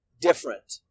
different